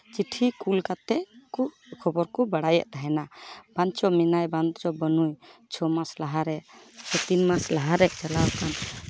ᱪᱤᱴᱷᱤ ᱠᱩᱞ ᱠᱟᱛᱮᱫ ᱠᱩ ᱠᱷᱚᱵᱚᱨ ᱠᱩ ᱵᱟᱲᱟᱭᱮᱫ ᱛᱟᱦᱮᱱᱟ ᱵᱟᱝᱪᱚ ᱢᱮᱱᱟᱭ ᱵᱟᱝᱪᱚ ᱵᱟᱹᱱᱩᱭ ᱪᱷᱚ ᱢᱟᱥ ᱞᱟᱦᱟ ᱨᱮ ᱥᱮ ᱛᱤᱱ ᱢᱟᱥ ᱞᱟᱦᱟ ᱨᱮᱭ ᱪᱟᱞᱟᱣᱟᱠᱟᱱ